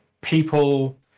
people